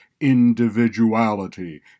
individuality